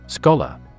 Scholar